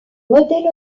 modèle